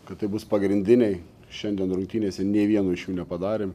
kad tai bus pagrindiniai šiandien rungtynėse nei vieno iš jų nepadarėm